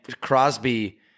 Crosby